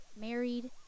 married